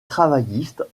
travailliste